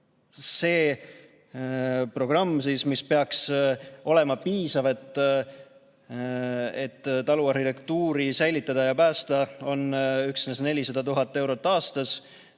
see programm, mis peaks olema piisav, et taluarhitektuuri säilitada ja päästa, on üksnes 400 000 eurot aastas